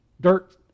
dirt